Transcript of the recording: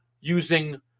using